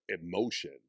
emotion